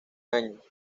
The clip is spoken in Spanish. años